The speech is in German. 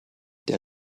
der